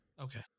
Okay